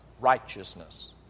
righteousness